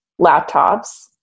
laptops